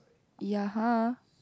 ya [huh]